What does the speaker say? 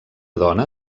dona